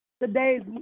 Today's